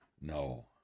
No